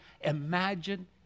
imagine